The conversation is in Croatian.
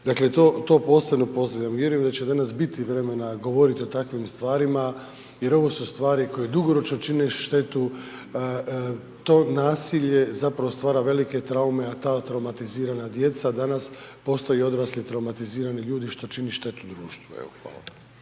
Dakle, to posebno pozdravljam, vjerujem da će danas biti vremena govoriti o takvim stvarima jer ovo su stvari koje dugoročno čine štetu, to nasilje zapravo stvara velike traume, a ta traumatizirana djeca danas postaju odrasli traumatizirani ljudi što čini štetu u društvo.